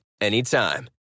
anytime